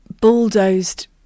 bulldozed